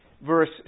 verse